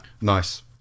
Nice